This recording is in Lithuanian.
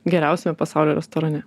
geriausiame pasaulio restorane